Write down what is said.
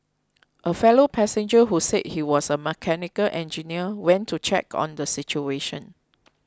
a fellow passenger who said he was a mechanical engineer went to check on the situation